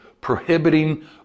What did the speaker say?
prohibiting